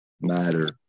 matter